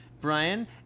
Brian